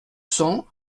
cents